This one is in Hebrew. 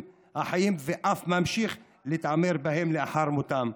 החיים ואף ממשיך להתעמר בהם לאחר מותם,